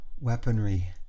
weaponry